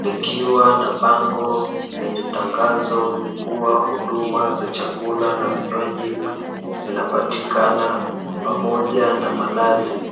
likiwa na bango lenye tangazo, kuwa huduma za chakula na vinywaji zinapatikana pamoja na malazi.